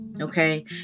Okay